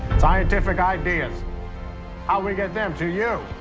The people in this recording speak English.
scientific ideas how we get them to you,